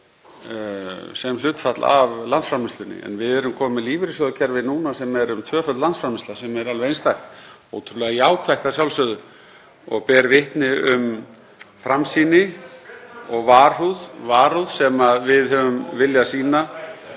sem hlutfall af landsframleiðslu. Við erum komin með lífeyrissjóðakerfi núna sem er um tvöföld landsframleiðsla sem er alveg einstakt, ótrúlega jákvætt að sjálfsögðu og ber vitni um framsýni og varúð sem við höfum viljað sýna